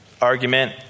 argument